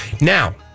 Now